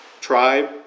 tribe